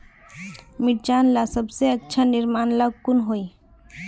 मिर्चन ला सबसे अच्छा निर्णय ला कुन होई?